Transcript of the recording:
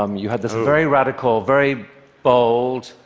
um you had this very radical, very bold,